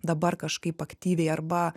dabar kažkaip aktyviai arba